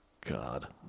God